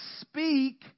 speak